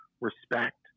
respect